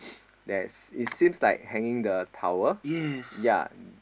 there's it seems like hanging the towel ya